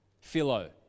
Philo